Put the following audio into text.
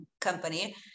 company